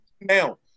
now